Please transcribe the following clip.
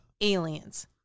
Aliens